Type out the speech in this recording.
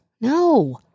no